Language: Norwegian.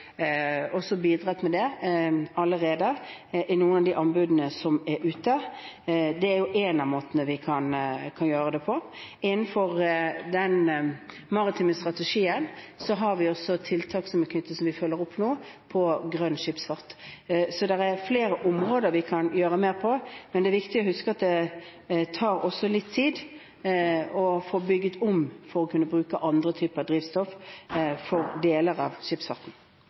bidratt med det i noen av de anbudene som er ute. Det er en av måtene vi kan gjøre det på. Innenfor den maritime strategien har vi også tiltak som vi følger opp nå knyttet til grønn skipsfart. Det er flere områder vi kan gjøre mer på, men det er viktig å huske at det tar litt tid å få bygget om for å kunne bruke annen type drivstoff for deler av